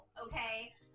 okay